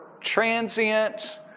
transient